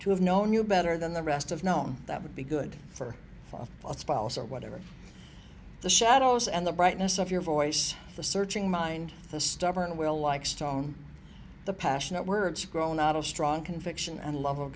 to have known you better than the rest of known that would be good for a spouse or whatever the shadows and the brightness of your voice the searching mind the stubborn will like stone the passionate words grown out of strong conviction and love of